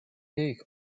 jejich